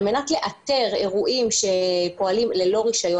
על מנת לאתר אירועים שפועלים ללא רישיון